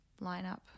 lineup